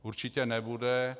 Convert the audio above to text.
Určitě nebude.